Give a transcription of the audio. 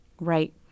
Right